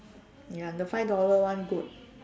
ya the five dollar one good